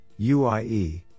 UIE